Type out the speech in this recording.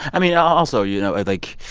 i mean, also, you know, like